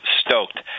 stoked